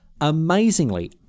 amazingly